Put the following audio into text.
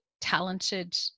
talented